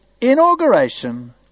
inauguration